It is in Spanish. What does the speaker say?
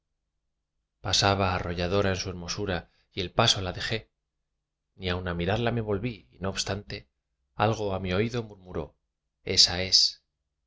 pasaba arrolladora en su hermosura y el paso le dejé ni aun á mirarla me volví y no obstante algo á mi oído murmuró esa es